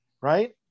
right